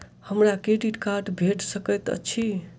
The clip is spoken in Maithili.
हमरा क्रेडिट कार्ड भेट सकैत अछि?